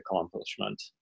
accomplishment